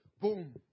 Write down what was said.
boom